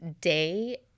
day